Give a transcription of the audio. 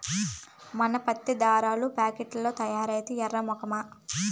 మన పత్తే దారాల్ల ఫాక్టరీల్ల తయారైద్దే ఎర్రి మొకమా